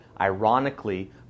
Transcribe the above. Ironically